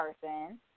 person